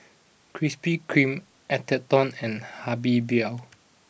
Krispy Kreme Atherton and Habibie